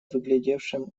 выглядевшем